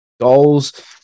goals